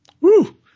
Woo